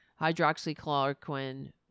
hydroxychloroquine